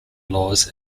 laws